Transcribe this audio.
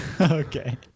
okay